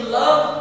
love